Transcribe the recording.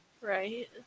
Right